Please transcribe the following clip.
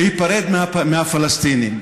להיפרד מהפלסטינים.